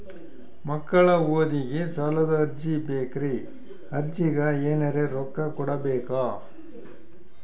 ಮಕ್ಕಳ ಓದಿಗಿ ಸಾಲದ ಅರ್ಜಿ ಬೇಕ್ರಿ ಅರ್ಜಿಗ ಎನರೆ ರೊಕ್ಕ ಕೊಡಬೇಕಾ?